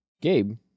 Gabe